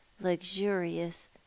luxurious